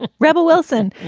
and rebel wilson.